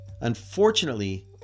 unfortunately